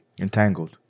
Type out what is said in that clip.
Entangled